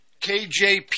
KJP